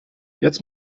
jetzt